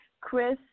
Chris